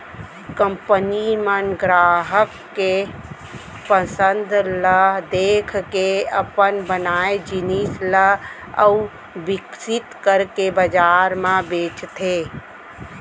company मन गराहक के पसंद ल देखके अपन बनाए जिनिस ल अउ बिकसित करके बजार म बेचथे